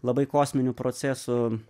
labai kosminiu procesu